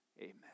Amen